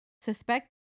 suspect